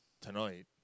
tonight